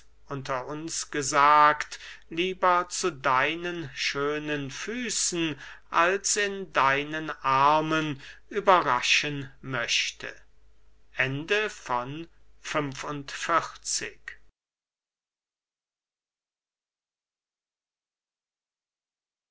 lieber zu deinen schönen füßen als in deinen armen überraschen möchte